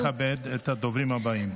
נא לכבד את הדוברים הבאים.